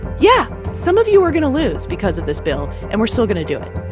yeah, some of you are going to lose because of this bill, and we're still going to do it.